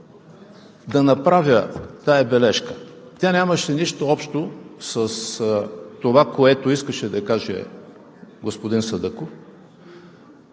да направя тази бележка. Тя нямаше нищо общо с това, което искаше да каже господин Садъков.